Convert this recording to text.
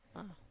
ah